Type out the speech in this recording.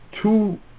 two